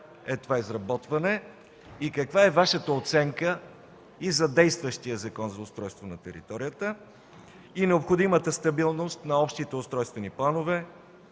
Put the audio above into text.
е това изработване? Каква е Вашата оценка за действащия Закон за устройство на територията и необходимата стабилност на общите устройствени планове,